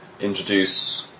introduce